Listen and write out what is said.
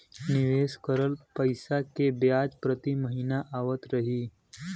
निवेश करल पैसा के ब्याज प्रति महीना आवत रही?